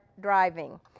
driving